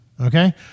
Okay